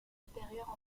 supérieures